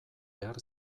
behar